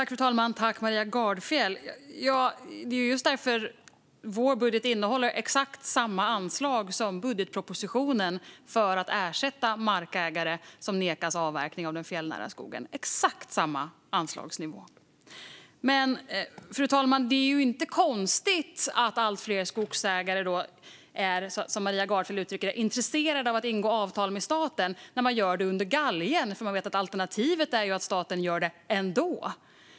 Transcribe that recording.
Fru talman! Det är just därför som vår budget innehåller exakt samma anslag som budgetpropositionen för att ersätta markägare som nekas avverka fjällnära skog. Det är exakt samma anslagsnivå. Fru talman! Det är inte konstigt att allt fler skogsägare är, som Maria Gardfjell uttrycker det, intresserade av att ingå avtal med staten när de gör det under galgen. De vet att alternativet är att staten gör det ändå.